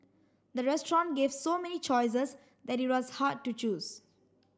the restaurant gave so many choices that it was hard to choose